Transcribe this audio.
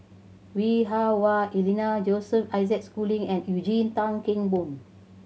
Lui Hah Wah Elena Joseph Isaac Schooling and Eugene Tan Kheng Boon